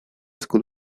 school